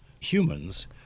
humans